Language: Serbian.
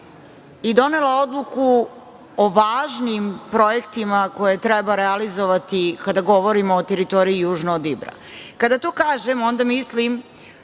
i donela odluku o važnim projektima koje treba realizovati kada govorimo o teritoriji južno od Ibra. Kada to kažem, onda mislim